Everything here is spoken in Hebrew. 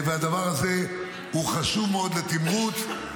והדבר הזה הוא חשוב מאוד לתמרוץ,